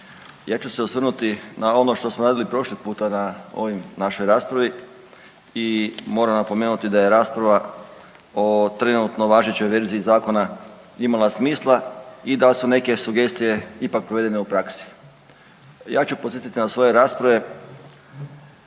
Ja ću se osvrnuti na ono što smo radili prošli puta na ovoj našoj raspravi i moram napomenuti da je rasprava o trenutno važećoj verziji zakona imala smisla i da su neke sugestije ipak provedene u praksi. Ja ću podsjetiti na svoje rasprave